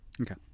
Okay